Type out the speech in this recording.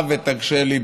את השטויות,